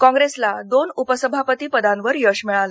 काँग्रेसलादोन उपसभापतीपदांवर यश मिळालं